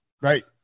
Right